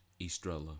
Estrella